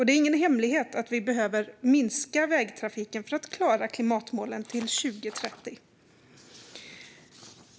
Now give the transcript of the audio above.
Det är ingen hemlighet att vi behöver minska vägtrafiken för att klara klimatmålen till 2030.